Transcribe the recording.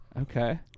Okay